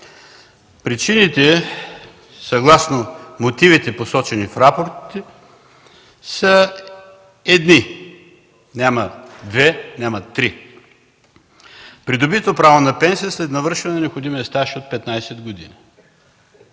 Причините съгласно мотивите, посочени в рапортите, са едни, няма две, няма три – придобито право на пенсия след навършване на необходимия стаж от 15 години.